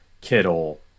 Kittle